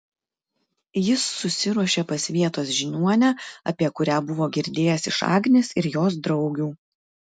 jis susiruošė pas vietos žiniuonę apie kurią buvo girdėjęs iš agnės ir jos draugių